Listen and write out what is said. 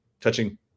touching